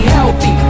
healthy